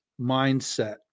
mindset